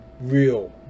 real